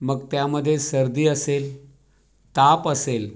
मग त्यामध्ये सर्दी असेल ताप असेल